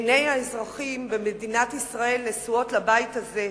עיני האזרחים במדינת ישראל נשואות לבית הזה.